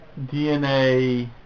DNA